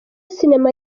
sinema